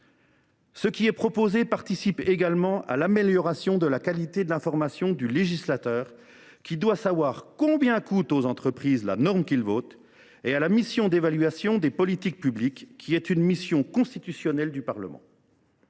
Ce qui est proposé participe également à l’amélioration tant de la qualité de l’information du législateur, qui doit savoir combien coûte aux entreprises la norme qu’il vote, que du travail de la mission d’évaluation des politiques publiques, qui est une mission constitutionnelle du Parlement.